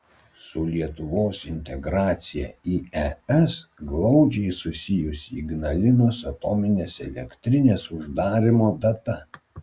su lietuvos integracija į es glaudžiai susijusi ignalinos atominės elektrinės uždarymo data